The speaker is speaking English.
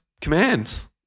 commands